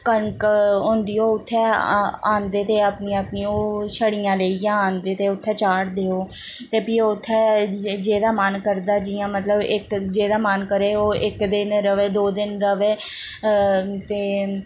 कनक होंदी ओह् उत्थें आंदे ते अपनियां अपनियां ओह् छड़ियां लेइयै आंदे ते उत्थें चाढ़दे ओह् ते फ्ही ओह् उत्थें जेह्दा मन करदा जियां मतलब इक जेह्दा मन करै ओह् इक दिन र'वै दो दिन र'वै ते